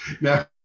Now